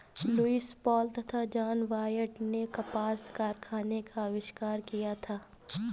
Lewis Paul तथा John Wyatt ने कपास कारखाने का आविष्कार किया था